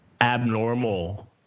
abnormal